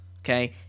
Okay